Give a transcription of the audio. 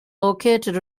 located